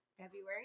February